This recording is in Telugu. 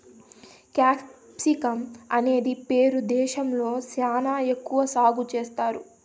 క్యాప్సికమ్ అనేది పెరు దేశంలో శ్యానా ఎక్కువ సాగు చేత్తారు